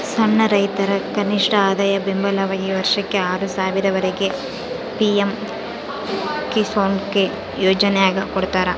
ಸಣ್ಣ ರೈತರ ಕನಿಷ್ಠಆದಾಯ ಬೆಂಬಲವಾಗಿ ವರ್ಷಕ್ಕೆ ಆರು ಸಾವಿರ ವರೆಗೆ ಪಿ ಎಂ ಕಿಸಾನ್ಕೊ ಯೋಜನ್ಯಾಗ ಕೊಡ್ತಾರ